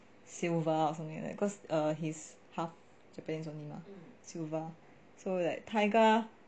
silva or something like that cause err he's half japanese only mah silva so like taiga